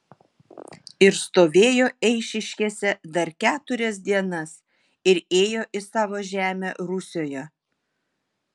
ir stovėjo eišiškėse dar keturias dienas ir ėjo į savo žemę rusioje